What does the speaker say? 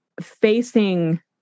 facing